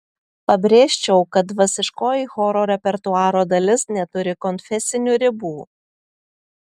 pabrėžčiau kad dvasiškoji choro repertuaro dalis neturi konfesinių ribų